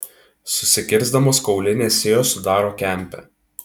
susikirsdamos kaulinės sijos sudaro kempę